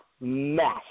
mess